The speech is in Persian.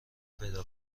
پیدا